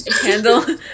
handle